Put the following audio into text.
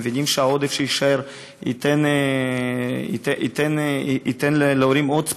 מבינים שהעודף שיישאר ייתן להורים עוד space,